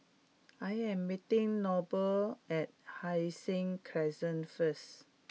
I am meeting Noble at Hai Sing Crescent first